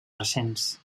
recents